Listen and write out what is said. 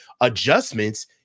adjustments